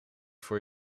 voor